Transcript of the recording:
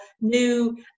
new